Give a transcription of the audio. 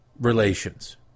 relations